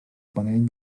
panell